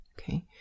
okay